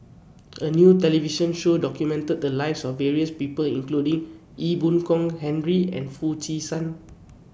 A New television Show documented The Lives of various People including Ee Boon Kong Henry and Foo Chee San